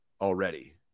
already